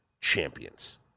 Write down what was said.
champions